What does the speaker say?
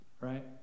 right